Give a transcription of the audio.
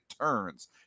turns